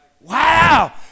Wow